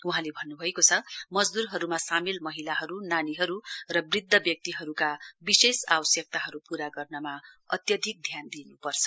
वहाँले भन्नुभएको छ मजदूरहरूमा सामेल महिलाहरू नानीहरू र वृध्द व्यक्तिहरूका विशेष आवश्यक्ताहरू पूरा गर्नमा अत्यधिक ध्यान दिनुपर्छ